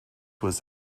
was